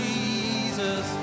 Jesus